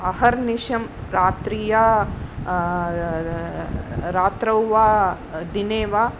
अहर्निशं रात्रि या रात्रौ वा दिने वा